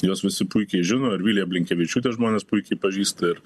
juos visi puikiai žino ir vilija blinkevičiūtę žmonės puikiai pažįsta ir